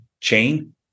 chain